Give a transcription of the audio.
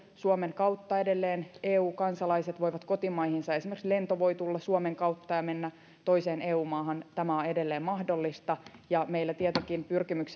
mutta suomen kautta edelleen eu kansalaiset voivat kulkea kotimaihinsa esimerkiksi lento voi tulla suomen kautta ja mennä toiseen eu maahan tämä on edelleen mahdollista ja meillä tietenkin